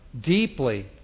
deeply